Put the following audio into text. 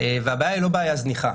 והבעיה היא לא בעיה זניחה.